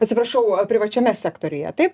atsiprašau privačiame sektoriuje taip